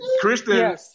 Kristen